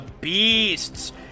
Beasts